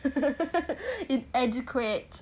inadequate